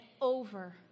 over